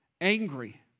angry